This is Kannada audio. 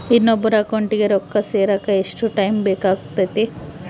ಇನ್ನೊಬ್ಬರ ಅಕೌಂಟಿಗೆ ರೊಕ್ಕ ಸೇರಕ ಎಷ್ಟು ಟೈಮ್ ಬೇಕಾಗುತೈತಿ?